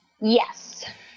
Yes